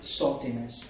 saltiness